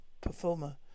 performer